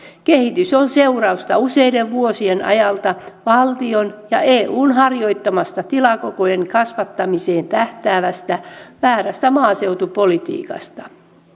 kehitys on seurausta useiden vuosien ajalta valtion ja eun harjoittamasta tilakokojen kasvattamiseen tähtäävästä väärästä maaseutupolitiikasta